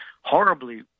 horribly